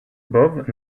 above